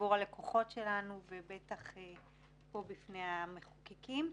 לציבור הלקוחות שלנו ובטח פה בפני המחוקקים.